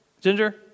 Ginger